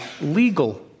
legal